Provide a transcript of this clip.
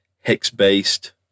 hex-based